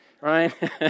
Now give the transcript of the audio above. right